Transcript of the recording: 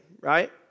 right